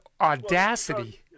audacity